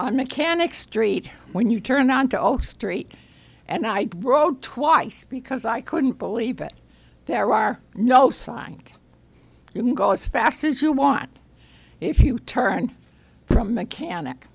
and mechanic street when you turn onto oak street and i rode twice because i couldn't believe it there are no signs you can go as fast as you want if you turn from mechanic